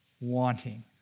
wanting